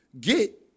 get